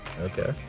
Okay